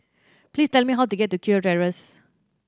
please tell me how to get to Kew Terrace